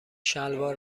شلوار